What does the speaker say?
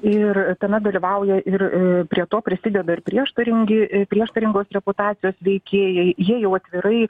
ir tame dalyvauja ir a prie to prisideda ir prieštaringi prieštaringos reputacijos veikėjai jie jau atvirai